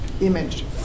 image